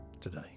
today